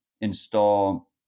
install